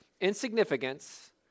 insignificance